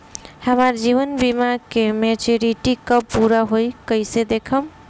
हमार जीवन बीमा के मेचीयोरिटी कब पूरा होई कईसे देखम्?